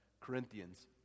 Corinthians